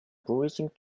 breaching